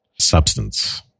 substance